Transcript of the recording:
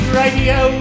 radio